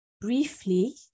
briefly